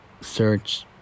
search